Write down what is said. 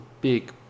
big